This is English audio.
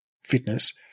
fitness